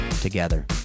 together